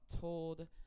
told